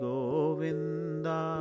Govinda